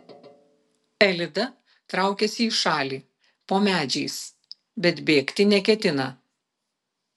elida traukiasi į šalį po medžiais bet bėgti neketina